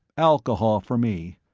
alcohol for me.